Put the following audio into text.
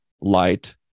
light